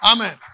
Amen